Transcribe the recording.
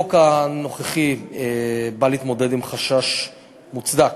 החוק הנוכחי בא להתמודד עם חשש מוצדק.